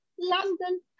london